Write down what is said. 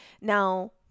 Now